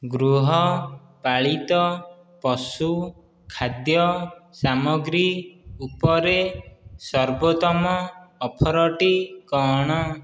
ଗୃହପାଳିତ ପଶୁ ଖାଦ୍ୟ ସାମଗ୍ରୀ ଉପରେ ସର୍ବୋତ୍ତମ ଅଫର୍ଟି କ'ଣ